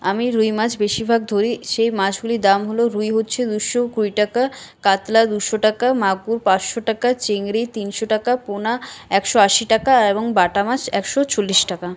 আমি রুই মাছ বেশিরভাগ ধরি সেই মাছগুলির দাম হল রুই হচ্ছে দুশো কুড়ি টাকা কাতলা দুশো টাকা মাগুর পাঁচশো টাকা চিংড়ি তিনশো টাকা পোনা একশো আশি টাকা এবং বাটা মাছ একশো চল্লিশ টাকা